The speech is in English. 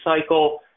cycle